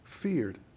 Feared